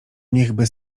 niechby